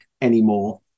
anymore